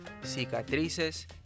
cicatrices